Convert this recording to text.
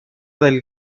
del